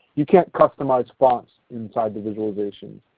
you can't customize fonts inside the visualizations.